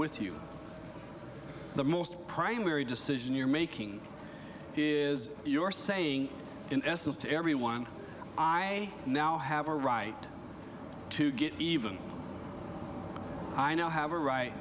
with you the most primary decision you're making is you're saying in essence to everyone i now have a right to get even i now have a right